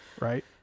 Right